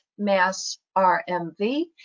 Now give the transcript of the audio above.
MassRMV